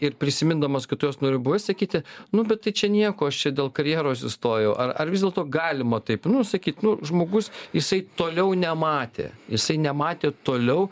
ir prisimindamas kad tu jos nariu buvai sakyti nu bet tai čia nieko aš čia dėl karjeros įstojau ar ar vis dėlto galima taip nu sakyt nu žmogus jisai toliau nematė jisai nematė toliau